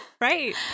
Right